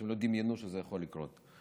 אנשים לא דמיינו שזה יכול לקרות,